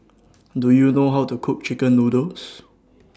Do YOU know How to Cook Chicken Noodles